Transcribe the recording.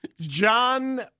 John